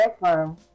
firm